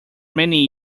many